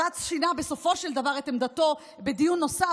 בג"ץ שינה בסופו של דבר את עמדתו בדיון נוסף,